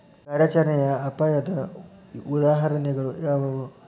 ಕಾರ್ಯಾಚರಣೆಯ ಅಪಾಯದ ಉದಾಹರಣೆಗಳು ಯಾವುವು